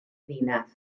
ddinas